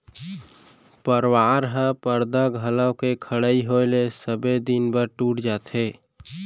परवार ह परदा घलौ के खड़इ होय ले सबे दिन बर टूट जाथे